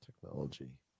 technology